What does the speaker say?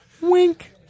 Wink